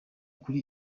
kuri